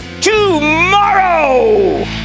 tomorrow